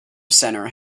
center